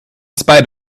spite